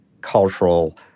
cultural